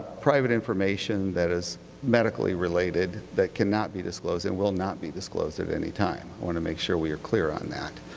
private information that is medically-related that cannot be disclosed and will not be disclosed at any time. i want to make sure we are clear on that,